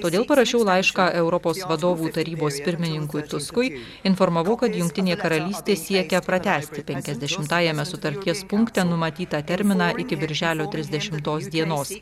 todėl parašiau laišką europos vadovų tarybos pirmininkui tuskui informavau kad jungtinė karalystė siekia pratęsti penkiasdešimtajame sutarties punkte numatytą terminą iki birželio trisdešimtos dienos